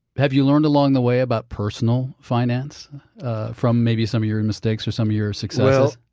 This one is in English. have you learned along the way about personal finance from maybe some of your and mistakes or some your success?